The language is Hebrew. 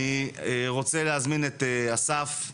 אני רוצה להזמין את אסף,